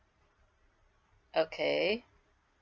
okay